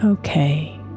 Okay